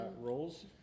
roles